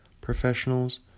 Professionals